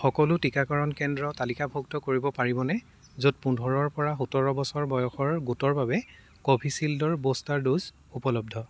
সকলো টিকাকৰণ কেন্দ্ৰ তালিকাভুক্ত কৰিব পাৰিবনে য'ত পোন্ধৰৰপৰা সোতৰ বছৰ বয়সৰ গোটৰ বাবে কোভিচিল্ডৰ ব'ষ্টাৰ ড'জ উপলব্ধ